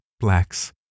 Blacks